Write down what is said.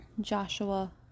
Joshua